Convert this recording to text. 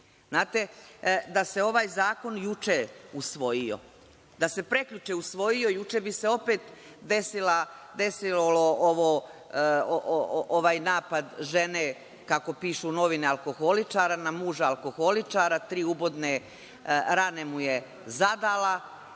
da se ovaj zakon juče usvojio, da se prekjuče usvojio, juče bi se opet desio ovaj napad žene kako pišu novine, alkoholičara, na muža alkoholičara, tri ubodne rane mu je zadala,